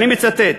אני מצטט: